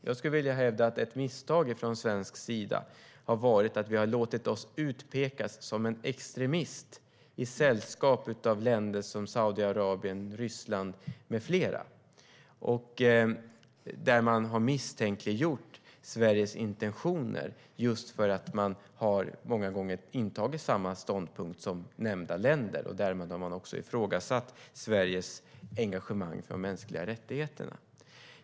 Jag skulle vilja hävda att ett misstag från svensk sida har varit att vi har låtit oss utpekas som en extremist i sällskap av länder som Saudiarabien, Ryssland med flera. Man har misstänkliggjort Sveriges intentioner just för att Sverige många gånger har intagit samma ståndpunkt som nämnda länder. Därmed har också Sveriges engagemang för de mänskliga rättigheterna ifrågasatts.